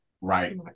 Right